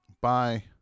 bye